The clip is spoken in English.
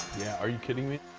yeah. are you kidding me? ohh!